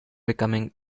becoming